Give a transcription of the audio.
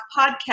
podcast